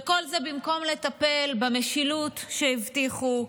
וכל זה במקום לטפל במשילות שהבטיחו,